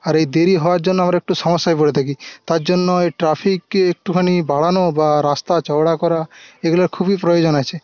আর এই দেরি হওয়ার জন্য আমরা একটু সমস্যায় পড়ে থাকি তার জন্য এই ট্র্যাফিককে একটুখানি বাড়ানো বা রাস্তা চওড়া করা এগুলোর খুবই প্রয়োজন আছে